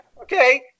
Okay